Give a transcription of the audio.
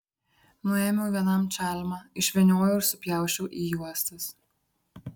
nuėmiau vienam čalmą išvyniojau ir supjausčiau į juostas